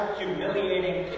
humiliating